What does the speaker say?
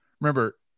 remember